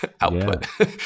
output